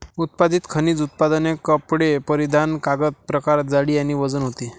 उत्पादित खनिज उत्पादने कपडे परिधान कागद प्रकार जाडी आणि वजन होते